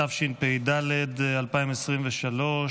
התשפ"ד 2023,